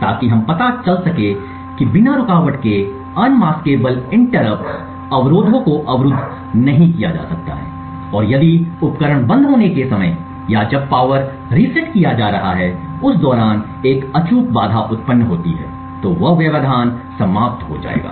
ताकि हमें पता चल सके कि बिना रुकावट के अनमास्क इंटरप्ट अवरोधों को अवरुद्ध नहीं किया जा सकता है और यदि उपकरण बंद होने के समय या जब पावर रीसेट किया जा रहा है उस दौरान एक अचूक बाधा उत्पन्न होती है तो वह व्यवधान समाप्त हो जाएगा